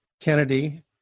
Kennedy